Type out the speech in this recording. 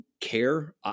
care